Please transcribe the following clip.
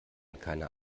keiner